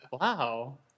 wow